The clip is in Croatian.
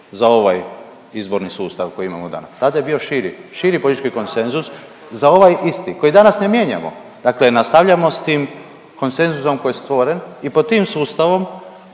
za ovaj izborni sustav koji imamo danas. Tada je bio širi, širi politički konsenzus za ovaj isti koji danas na mijenjamo, dakle nastavljamo sa tim konsenzusom koji je stvoren i pod tim sustavom